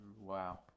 Wow